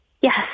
Yes